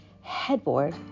headboard